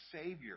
Savior